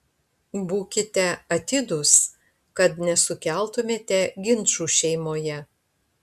būkite atidūs kad nesukeltumėte ginčų šeimoje